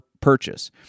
purchase